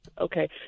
Okay